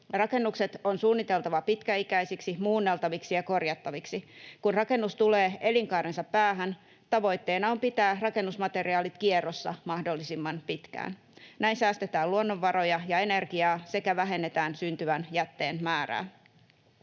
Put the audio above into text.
Rakennukset on suunniteltava pitkäikäisiksi, muunneltaviksi ja korjattaviksi. Kun rakennus tulee elinkaarensa päähän, tavoitteena on pitää rakennusmateriaalit kierrossa mahdollisimman pitkään. Näin säästetään luonnonvaroja ja energiaa sekä vähennetään syntyvän jätteen määrää.